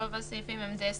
רוב הסעיפים הם די סטנדרטים.